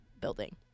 building